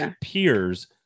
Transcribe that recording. peers